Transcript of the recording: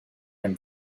him